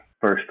first